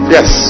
Yes